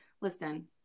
listen